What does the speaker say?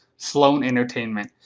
sloan entertainment.